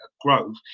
growth